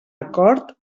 acord